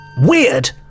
weird